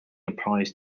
applies